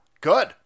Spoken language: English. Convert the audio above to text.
Good